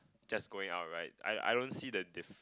just going out right I I don't see the dif~